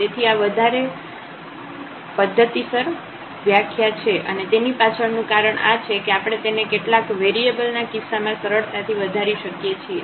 તેથી આ વધારે ટર્મ્ધતિસર વ્યાખ્યા છે અને તેની પાછળનું કારણ આ છે કે આપણે તેને કેટલાક વેરિયેબલ ના કિસ્સામાં સરળતાથી વધારી શકીએ છીએ